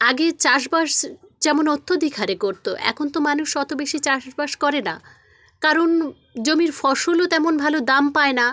আগে চাষবাস যেমন অত্যধিক হারে করতো এখন তো মানুষ অতো বেশি চাষবাস করে না কারণ জমির ফসলও তেমন ভালো দাম পায় না